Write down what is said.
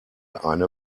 eine